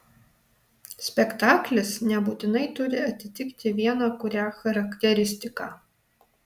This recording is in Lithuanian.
spektaklis nebūtinai turi atitikti vieną kurią charakteristiką